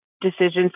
decisions